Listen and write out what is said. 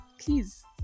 please